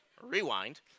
rewind